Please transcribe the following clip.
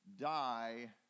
die